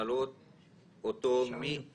נכון